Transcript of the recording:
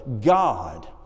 God